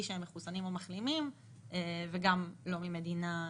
בלי שהם מחוסנים או מחלימים או ממדינה מסוכנת.